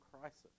crisis